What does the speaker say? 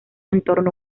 entorno